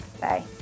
Bye